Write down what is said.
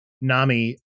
Nami